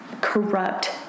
corrupt